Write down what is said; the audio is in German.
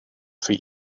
für